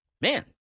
man